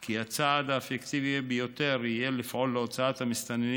כי הצעד האפקטיבי ביותר יהיה לפעול להוצאת המסתננים